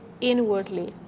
inwardly